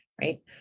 Right